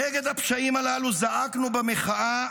נגד הפשעים הללו זעקנו במחאה.